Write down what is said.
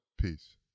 Peace